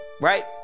Right